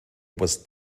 was